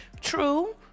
True